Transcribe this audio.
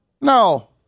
No